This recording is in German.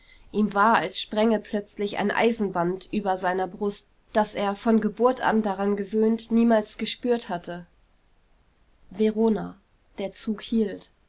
ihm war als spränge plötzlich ein eisenband über seiner brust das er von geburt an daran gewöhnt niemals gespürt hatte verona der zug hielt